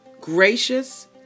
gracious